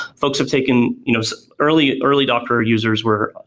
folks have taken you know so early early docker users were,